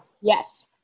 Yes